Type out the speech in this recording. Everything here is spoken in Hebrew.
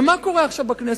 ומה קורה עכשיו בכנסת?